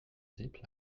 zip